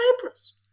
Cyprus